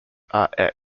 are